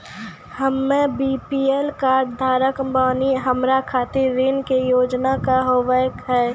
हम्मे BPL card धारक बानि हमारा खातिर ऋण के योजना का होव हेय?